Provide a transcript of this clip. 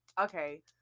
okay